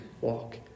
walk